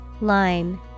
Line